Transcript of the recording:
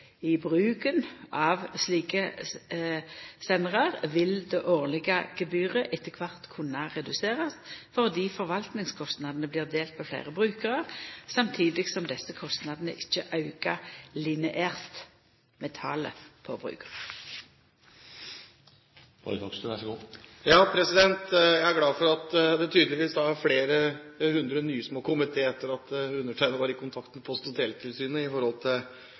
slike sendarar, vil det årlege gebyret etter kvart kunna reduserast fordi forvaltingskostnadene blir delte på fleire brukarar, samstundes som desse kostnadene ikkje aukar lineært med talet på brukarar. Jeg er glad for at det tydeligvis er flere hundre nye som har kommet til etter at undertegnede var i kontakt med Post- og teletilsynet om hvor mange som bruker personlige nødpeilesendere. Jeg har allikevel lyst til